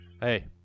Hey